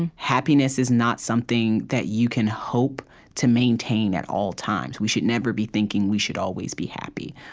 and happiness is not something that you can hope to maintain at all times. we should never be thinking we should always be happy.